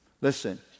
Listen